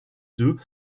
deux